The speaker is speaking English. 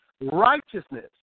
righteousness